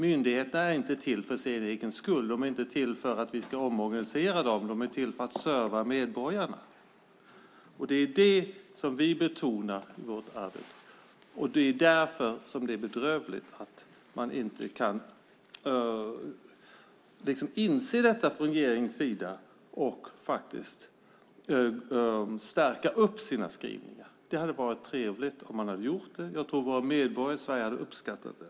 Myndigheterna är inte till för sin egen skull. De är inte till för att vi ska omorganisera dem. De är till för att serva medborgarna. Det är det som vi betonar i vårt arbete. Det är därför som det är bedrövligt att regeringen inte kan inse det och stärka sina skrivningar. Det hade varit trevligt om man hade gjort det. Jag tror att våra medborgare i Sverige hade uppskattat det.